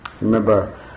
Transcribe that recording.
Remember